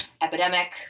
epidemic